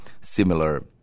similar